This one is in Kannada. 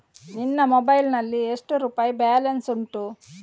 ನಿನ್ನ ಮೊಬೈಲ್ ನಲ್ಲಿ ಎಷ್ಟು ರುಪಾಯಿ ಬ್ಯಾಲೆನ್ಸ್ ಉಂಟು?